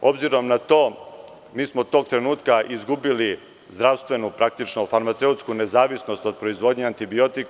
Obzirom na to, mi smo tog trenutka izgubili zdravstvenu, praktično, farmaceutsku nezavisnost od proizvodnje antibiotika.